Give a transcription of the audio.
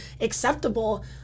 acceptable